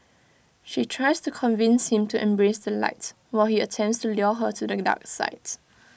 she tries to convince him to embrace the light while he attempts to lure her to the dark sides